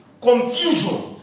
confusion